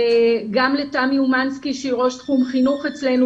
גם לתמי אומנסקי שהיא ראש תחום חינוך אצלנו